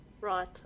right